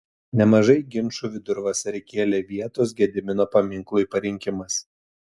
nemažai ginčų vidurvasarį kėlė vietos gedimino paminklui parinkimas